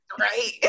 right